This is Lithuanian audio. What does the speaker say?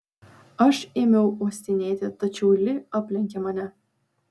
aš ėmiau uostinėti tačiau li aplenkė mane